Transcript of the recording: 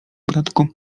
bratku